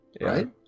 Right